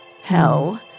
hell